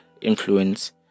influence